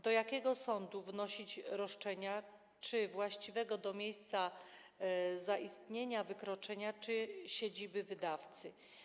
Do jakiego sądu wnosić roszczenia: właściwego dla miejsca zaistnienia wykroczenia czy siedziby wydawcy?